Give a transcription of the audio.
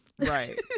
Right